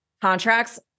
contracts